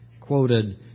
quoted